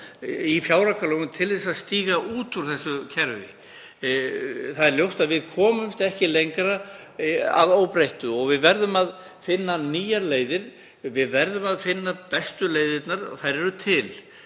í fjáraukalögum til að stíga út úr þessu kerfi? Það er ljóst að við komumst ekki lengra að óbreyttu og við verðum að finna nýjar leiðir. Við verðum að finna bestu leiðirnar. Þær eru til.